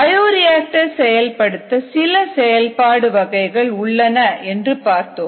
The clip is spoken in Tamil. பயோரியாக்டர் செயல்படுத்த சில செயல்பாடு வகைகள் உள்ளன என்று பார்த்தோம்